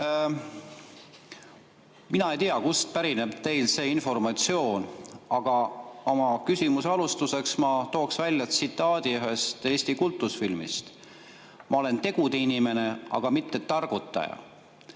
Mina ei tea, kust pärineb teil see informatsioon. Oma küsimuse alustuseks ma tooksin välja tsitaadi ühest Eesti kultusfilmist: ma olen tegudeinimene, aga mitte targutaja.